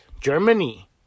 Germany